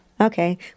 Okay